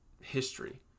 history